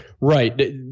Right